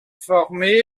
formée